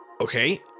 okay